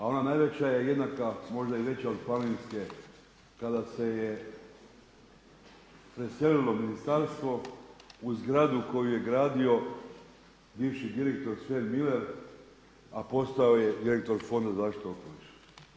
A ona najveća je jednaka, možda i veća od Planinske kada se preselilo ministarstvo u zgradu koju je gradio bivši direktor Sven Muller, a postao je direktor Fonda za zaštitu okoliša.